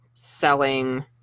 selling